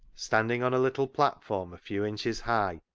standing on a little platform a few inches high,